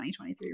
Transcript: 2023